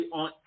on